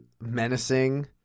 menacing